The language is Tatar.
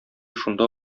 шунда